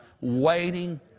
waiting